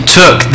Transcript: took